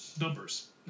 numbers